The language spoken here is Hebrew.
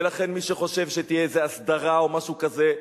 ולכן מי שחושב שתהיה איזה הסדרה או משהו כזה,